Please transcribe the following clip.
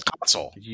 console